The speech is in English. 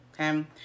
Okay